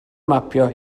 mapio